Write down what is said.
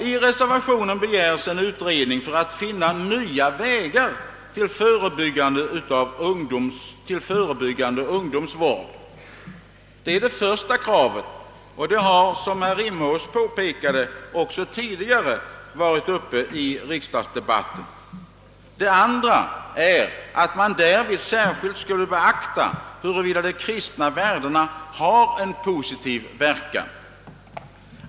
I reservationen begärs en utredning för att finna nya vägar till förebyggande ungdomsvård. Detta är det första kravet, och det har, som herr Rimås påpekat, också tidigare varit uppe i riksdagsdebatten. Det andra kravet i reservationen är att man vid denna utredning särskilt skall beakta, huruvida de kristna värdena har en positiv verkan.